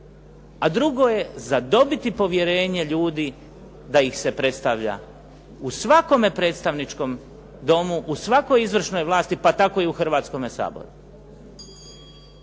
a drugo je zadobiti povjerenje ljudi da ih se predstavlja u svakome predstavničkom domu, u svakoj izvršnoj vlasti, pa tako i u Hrvatskome saboru.